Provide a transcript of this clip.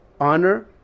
honor